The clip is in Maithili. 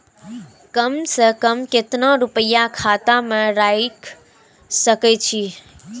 कम से कम केतना रूपया खाता में राइख सके छी?